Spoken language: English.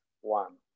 one